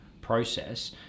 process